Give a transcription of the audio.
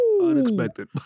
Unexpected